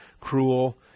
cruel